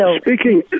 speaking